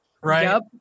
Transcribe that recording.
right